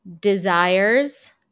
desires